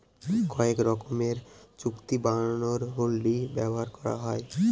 কয়েক রকমের চুক্তি বানানোর হুন্ডি ব্যবহার করা হয়